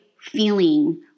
feeling